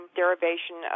derivation